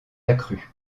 accru